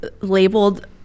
labeled